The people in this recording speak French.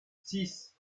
six